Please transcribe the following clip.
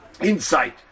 insight